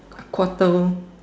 quarter